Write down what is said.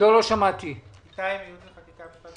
ייעוץ וחקיקה.